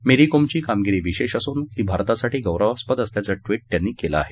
मेरी कोमची कामगिरी विशेष असून भारतासाठी गौरवास्पद असल्याचं ट्विट त्यांनी केलं आहे